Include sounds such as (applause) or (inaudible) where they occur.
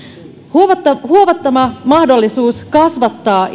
huomattava huomattava mahdollisuus kasvattaa (unintelligible)